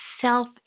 self